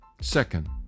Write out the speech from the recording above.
Second